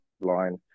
line